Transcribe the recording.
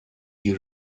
you